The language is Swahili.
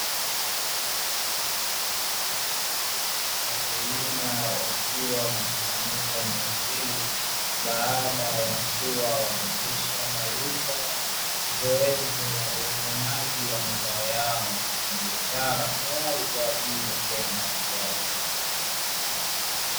Wakulima wakiwa wamekusanyika eneo hili, baada ya kuwa wamekwishamaliza zoezi la uvunaji wa mazao yao ya kibiashara tayari kwa ajili ya kwenda kuyauza.